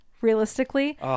realistically